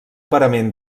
parament